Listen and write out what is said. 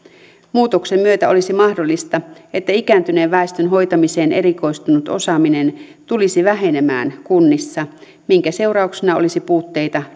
muutoksen myötä olisi mahdollista että ikääntyneen väestön hoitamiseen erikoistunut osaaminen tulisi vähenemään kunnissa minkä seurauksena olisi puutteita